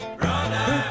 brother